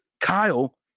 Kyle